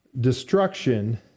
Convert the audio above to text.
destruction